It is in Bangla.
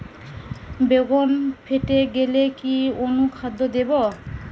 বেগুন ফেটে গেলে কি অনুখাদ্য দেবো?